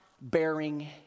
bearing